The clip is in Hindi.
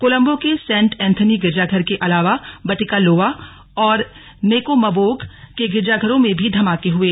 कोलम्बो के सेंट एंथनी गिरजाघर के अलावा बट्टिका लोआ और नेगोम्बोग के गिरजाघरों में भी धमाके हुए